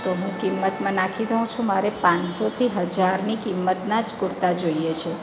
તો હું કિંમતમાં નાખી દઉં છું મારે પાંચસોથી હજારની કિંમતના જ કુર્તા જોઈએ છે